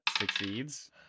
succeeds